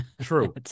True